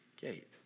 gate